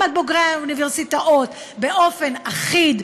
גם על בוגרי האוניברסיטאות באופן אחיד,